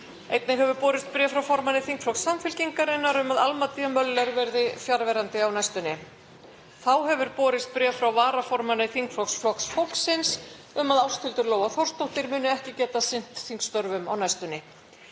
Einnig hefur borist bréf frá formanni þingflokks Samfylkingarinnar um að Alma D. Möller verði fjarverandi á næstunni. Þá hefur borist bréf frá varaformanni þingflokks Flokks fólksins um að Ásthildur Lóa Þórsdóttir muni ekki geta sinnt þingstörfum á næstunni.